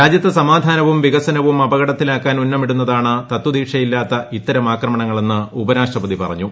രാജ്യത്ത് വികസനവും അപകടത്തിലാക്കാൻ സമാധാനവും ഉന്നമിടുന്നതാണ് തത്വദീക്ഷയില്ലാത്ത ഇത്തരം ആക്രമണങ്ങളെന്ന് ഉപരാഷ്ട്രപതി പറഞ്ഞു